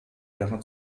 ehre